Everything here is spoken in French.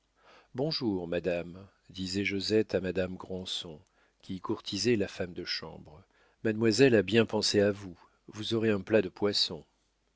bonjour madame disait josette à madame granson qui courtisait la femme de chambre mademoiselle a bien pensé à vous vous aurez un plat de poisson